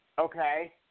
Okay